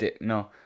No